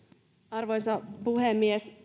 arvoisa puhemies me